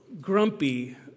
grumpy